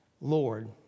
Lord